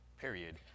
period